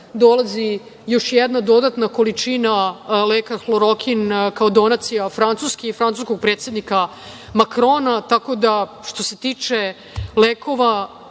dolazi još jedna dodatna količina leka "hlorokin" kao donacija Francuske i francuskog predsednika Makrona, tako da, što se tiče lekova,